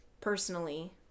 personally